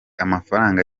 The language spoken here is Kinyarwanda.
amafaranga